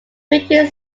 quentin